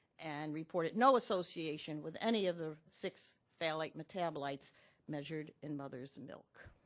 and reported no association with any of the six phthalate like metabolites measured in mother's milk.